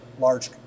large